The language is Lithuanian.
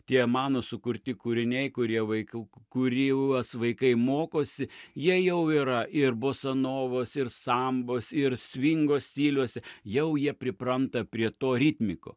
tie mano sukurti kūriniai kurie vaikų kuriuos vaikai mokosi jie jau yra ir bosanovos ir sambos ir svingo stiliuose jau jie pripranta prie to ritmiko